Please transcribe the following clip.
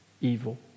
evil